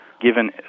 given